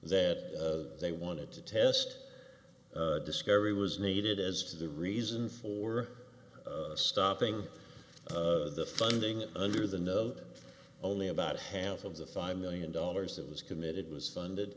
that they wanted to test the discovery was needed as for the reason for stopping the funding under the no of only about half of the five million dollars that was committed was funded